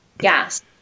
Yes